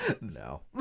No